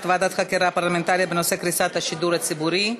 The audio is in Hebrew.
ועדת חקירה פרלמנטרית בנושא קריסת השידור הציבורי.